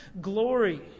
glory